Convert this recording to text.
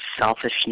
selfishness